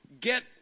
get